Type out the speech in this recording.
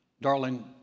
darling